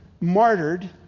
martyred